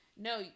No